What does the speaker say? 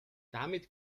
damit